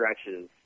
stretches